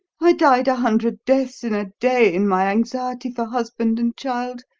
i died a hundred deaths in a day in my anxiety for husband and child.